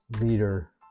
leader